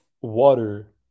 water